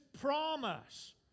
promise